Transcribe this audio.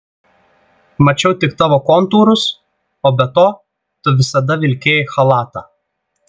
mačiau tik tavo kontūrus o be to tu visada vilkėjai chalatą